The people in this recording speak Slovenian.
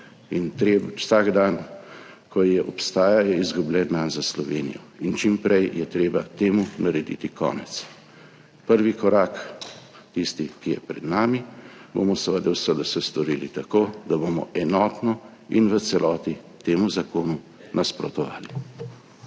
in vsak dan, ko obstaja, je izgubljen dan za Slovenijo in čim prej je treba temu narediti konec. Prvi korak, tisti, ki je pred nami, bomo seveda v SDS storili tako, da bomo enotno in v celoti temu zakonu nasprotovali.